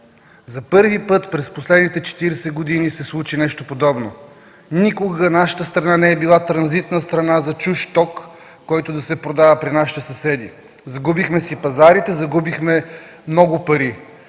За първи път през последните 40 години се случи нещо подобно. Никога нашата страна не е била транзитна страна за чужд ток, който да се продава при нашите съседи. Загубихме пазарите си, загубихме много пари.